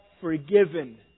forgiven